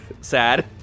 Sad